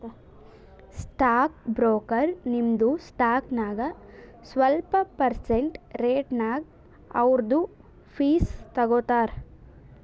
stock broker ನಿಮ್ದು stock ನಾಗ್ ಸ್ವಲ್ಪ ಪರ್ಸೆಂಟ್ ರೇಟ್ನಾಗ್ ಅವ್ರದು ಫೀಸ್ ತಗೋತಾರ